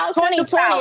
2020